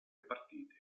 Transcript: partite